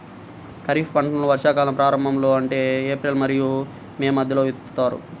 ఖరీఫ్ పంటలను వర్షాకాలం ప్రారంభంలో అంటే ఏప్రిల్ మరియు మే మధ్యలో విత్తుతారు